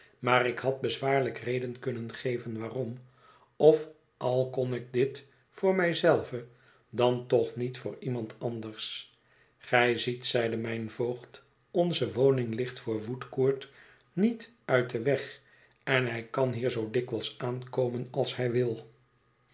maar ik had bezwaarlijk reden kunnen geven waarom of al kon ik dit voor mij zelve dan toch niet voor iemand anders gij ziet zeide mijn voogd onze woning ligt voor woodcourt niet uit den weg en hij kan hier zoo dikwijls aankomen als hij wil